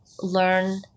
learn